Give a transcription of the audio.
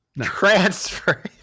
transfer